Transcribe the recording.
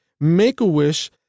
Make-A-Wish